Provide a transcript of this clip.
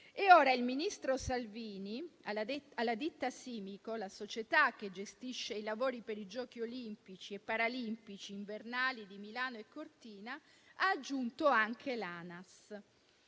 e ora il ministro Salvini alla ditta Simico, la società che gestisce i lavori per i Giochi olimpici e paralimpici invernali di Milano e Cortina, ha aggiunto anche l'ANAS.